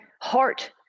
heart